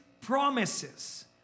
promises